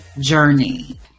journey